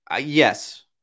yes